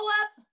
up